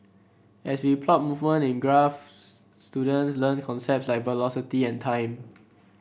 as we plot movement in graphs students learn concept like velocity and time